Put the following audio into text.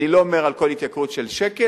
אני לא אומר על כל התייקרות של שקל,